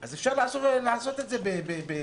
אז אפשר לעשות את זה בקלות,